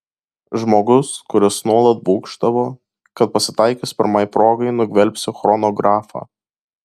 žmogus kuris nuolat būgštavo kad pasitaikius pirmai progai nugvelbsiu chronografą